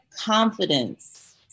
confidence